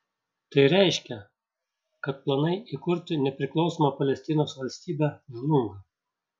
tai reiškia kad planai įkurti nepriklausomą palestinos valstybę žlunga